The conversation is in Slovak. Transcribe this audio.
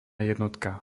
jednotka